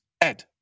Ed